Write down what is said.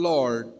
Lord